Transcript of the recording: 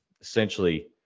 essentially